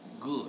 good